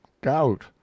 gout